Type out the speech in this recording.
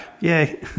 Yay